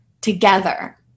together